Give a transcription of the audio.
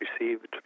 received